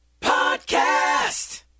Podcast